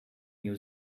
new